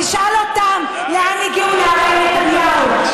תשאל אותם לאן הגיעו נערי נתניהו.